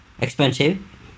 expensive